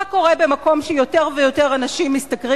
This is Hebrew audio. מה קורה במקום שבו יותר ויותר אנשים משתכרים